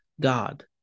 God